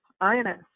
INS